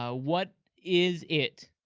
ah what is it?